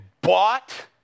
bought